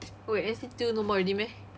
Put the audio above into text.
wait N_C_T no more already meh